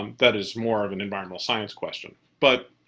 um that is more of an environmental science question. but,